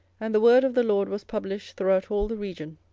and the word of the lord was published throughout all the region.